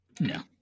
no